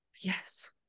Yes